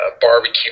barbecue